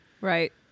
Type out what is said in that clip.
Right